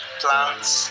plants